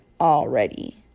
already